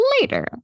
later